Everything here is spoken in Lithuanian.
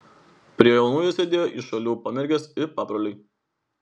prie jaunųjų sėdėjo iš šalių pamergės ir pabroliai